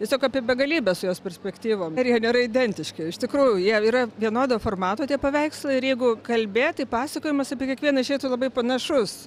tiesiog apie begalybės jos perspektyvą ir jie nėra identiški iš tikrųjų jie yra vienodo formato tie paveikslai ir jeigu kalbėti pasakojimas apie kiekvieną išeitų labai panašus